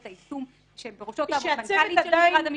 היישום שבראשו תעמוד מנכ"לית משרד המשפטים.